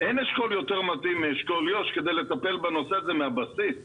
אין אשכול יותר מתאים מאשכול יו"ש כדי לטפל בנושא הזה מהבסיס,